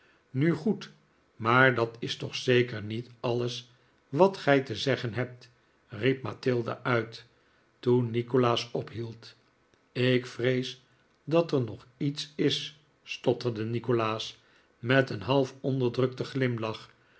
nu goed maar dat is toch zeker niet alles wat gij te zeggen hebt riep mathilda uit toen nikolaas ophield ik vrees dat er nog iets is stotterde nikolaas met een half onderdrukten glimlach